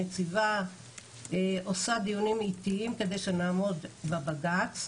הנציבה עושה דיונים עתיים כדי שנעמוד בבג"צ.